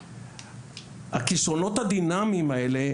הכישרונות הדינמיים האלה,